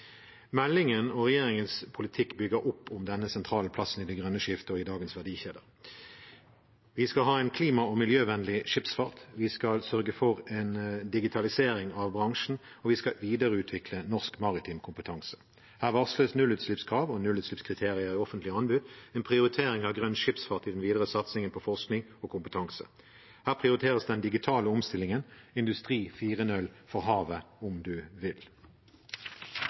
Meldingen og regjeringens politikk bygger opp om denne sentrale plassen i det grønne skiftet og i dagens verdikjeder. Vi skal ha en klima- og miljøvennlig skipsfart, vi skal sørge for en digitalisering av bransjen, og vi skal videreutvikle norsk maritim kompetanse. Her varsles nullutslippskrav og nullutslippskriterier i offentlige anbud og en prioritering av grønn skipsfart i den videre satsingen på forskning og kompetanse. Her prioriteres den digitale omstillingen, industri 4.0 for havet, om du vil.